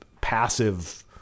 passive